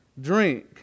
Drink